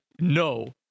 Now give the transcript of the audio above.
no